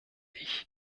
ich